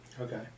Okay